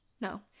no